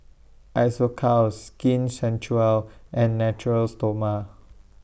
Isocal Skin Ceuticals and Natura Stoma